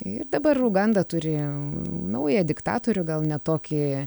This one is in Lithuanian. ir dabar uganda turi naują diktatorių gal ne tokį